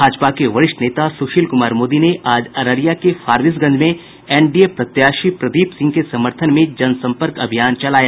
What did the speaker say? भाजपा के वरिष्ठ नेता सुशील कुमार मोदी ने आज अररिया के फारबिसगंज में एनडीए प्रत्याशी प्रदीप सिंह के समर्थन में जनसंपर्क अभियान चलाया